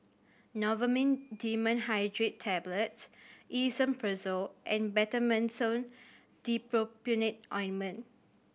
Novomin Dimenhydrinate Tablets Esomeprazole and Betamethasone Dipropionate Ointment